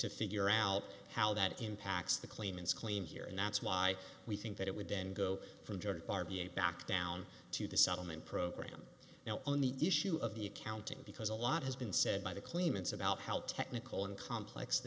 to figure out how that impacts the claimants claim here and that's why we think that it would then go from george r b a back down to the settlement program now on the issue of the accounting because a lot has been said by the claimants about how technical and complex